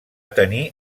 tenir